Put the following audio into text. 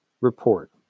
report